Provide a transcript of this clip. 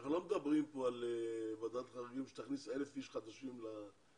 אנחנו לא מדברים כאן על ועדת חריגים שתכניס 1,000 אנשים חדשים לרשימה.